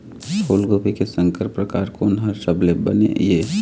फूलगोभी के संकर परकार कोन हर सबले बने ये?